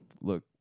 look